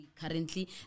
currently